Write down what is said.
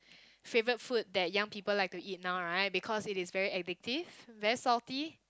favourite food that young people like to eat now right because it is very addictive very salty